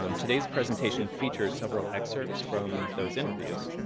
um today's presentation features several excerpts from those interviews.